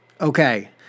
okay